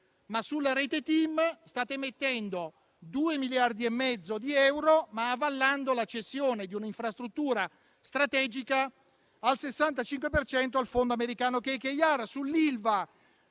ma sulla rete TIM state mettendo 2,5 miliardi di euro, ma avallando la cessione di un'infrastruttura strategica al 65 per cento al fondo americano KKR. Sull'ILVA